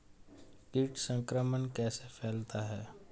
कीट संक्रमण कैसे फैलता है?